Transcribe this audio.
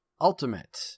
Ultimate